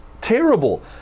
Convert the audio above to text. terrible